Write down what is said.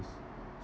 s~